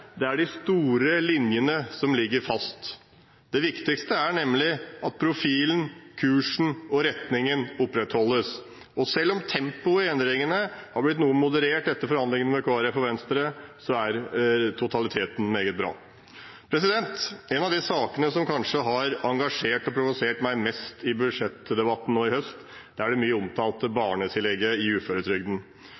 uansett at de store linjene ligger fast. Det viktigste er nemlig at profilen, kursen og retningen opprettholdes. Selv om tempoet i endringene har blitt noe moderert etter forhandlingene med Kristelig Folkeparti og Venstre, er totaliteten meget bra. En av de sakene som kanskje har engasjert og provosert meg mest i budsjettdebatten nå i høst, er det mye omtalte